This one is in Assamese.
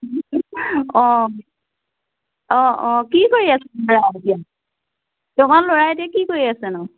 অঁ অঁ অঁ কি কৰি আছে এতিয়া ল'ৰাই এতিয়া কি কৰি আছে নো